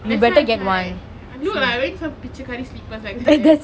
that's why that's why I look like I wearing some பிச்சைக்காரி:pitchaikari slippers like that